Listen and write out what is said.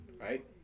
right